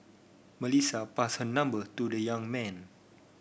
Melissa passed her number to the young man